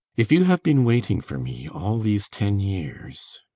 if you have been waiting for me all these ten years